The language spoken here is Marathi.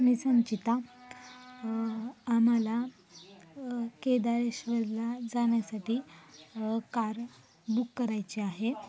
मी संचिता आम्हाला केदारेश्वरला जाण्यासाठी कार बुक करायची आहे